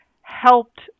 helped